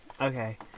Okay